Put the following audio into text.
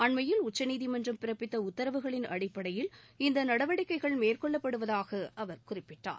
அண்மையில் உச்சநீதிமன்றம் பிறப்பித்த உத்தரவுகளின் அடிப்படையில் இந்த நடவடிக்கைள் மேற்கொள்ளப்படுவதாக அவர் குறிப்பிட்டார்